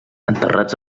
enterrats